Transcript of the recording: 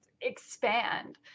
expand